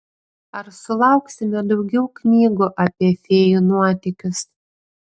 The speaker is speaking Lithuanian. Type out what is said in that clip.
ar sulauksime daugiau knygų apie fėjų nuotykius